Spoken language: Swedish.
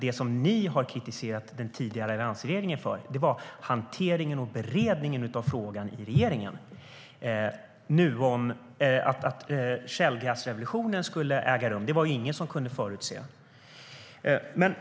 Det som ni har kritiserat den tidigare alliansregeringen för var hanteringen och beredningen av frågan i regeringen. Att skiffergasrevolutionen skulle äga rum var det ingen som kunde förutse.